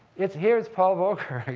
it's, here is paul volcker